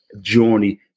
journey